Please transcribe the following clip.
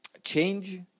change